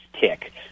tick